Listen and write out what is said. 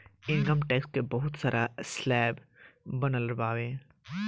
income tax के बहुत सारा स्लैब बनल बावे